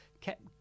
kept